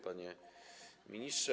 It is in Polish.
Panie Ministrze!